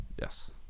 Yes